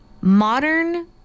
modern